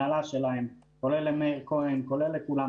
כולל למאיר כהן ולכולם,